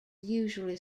usually